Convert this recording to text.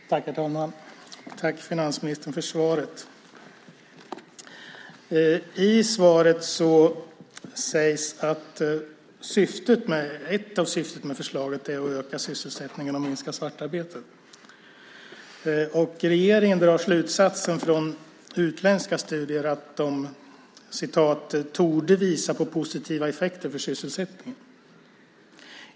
Herr talman! Jag tackar finansministern för svaret. I svaret sägs att ett av syftena med förslaget är att öka sysselsättningen och minska svartarbetet. Regeringen drar slutsatsen från utländska studier att de torde visa på positiva effekter för sysselsättningen.